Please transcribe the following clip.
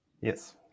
Yes